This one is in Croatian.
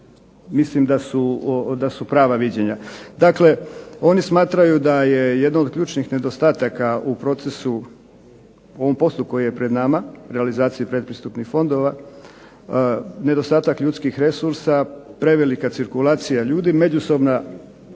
mislim da su prava viđenja. Dakle, oni smatraju da je jedno od ključnih nedostataka u procesu i postupku koji je pred nama, realizaciji pretpristupnih fondova, nedostatak ljudskih resursa, prevelika cirkulacija ljudi, međusobna